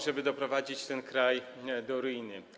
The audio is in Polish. żeby doprowadzić ten kraj do ruiny.